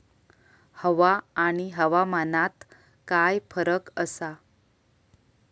हवा आणि हवामानात काय फरक असा?